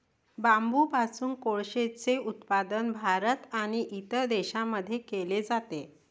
बांबूपासून कोळसेचे उत्पादन भारत आणि इतर देशांमध्ये केले जाते